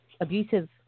abusive